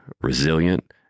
resilient